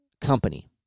company